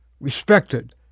respected